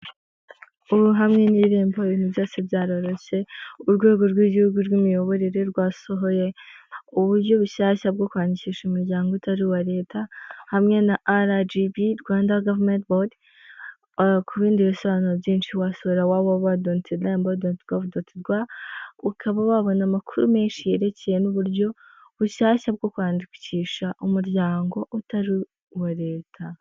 Ubu hamwe n'Irembo ibintu byose byaroroshye, urwego rw'igihugu rw'imiyoborere rwasohoye uburyo bushyashya bwo kwandikisha umuryango utari uwa leta, hamwe na RGB, Rwanda Government Board, ku bindi bisobanuro byinshi wasura w.w.w.Irembo.gov.rw. Ukaba wabona amakuru menshi yerekeye n'uburyo bushyashya bwo kwandikisha umuryango utari uwa leta.